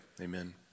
amen